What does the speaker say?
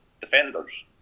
defenders